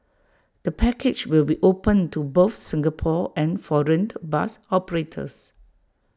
the package will be open to both Singapore and foreign bus operators